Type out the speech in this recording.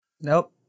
Nope